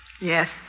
Yes